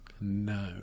No